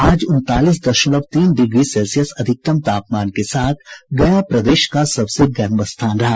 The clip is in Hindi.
आज उनतालीस दशमलव तीन डिग्री सेल्सियस अधिकतम तापमान के साथ गया प्रदेश का सबसे गर्म स्थान रहा